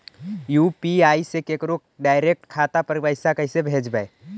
UPI से केकरो direct खाता पर पैसा कैसे भेजबै?